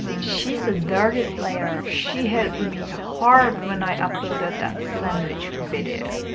she's a dirty player. she hit me hard when i uploaded that sandwich video.